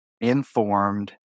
informed